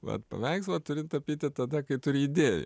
vat paveikslą turi tapyti tada kai turi idėją